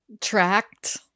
tracked